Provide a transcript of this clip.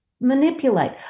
manipulate